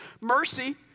mercy